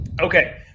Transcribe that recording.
Okay